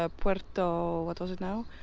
ah puerto. what was it now?